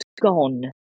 gone